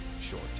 short